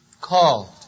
called